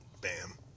Bam